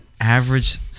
average